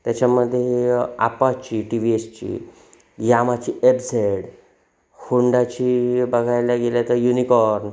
त्याच्यामध्ये आपाची टी व्ही एसची यामाची एप झेड होंडाची बघायला गेलं तर युनिकॉर्न